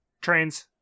Trains